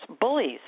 bullies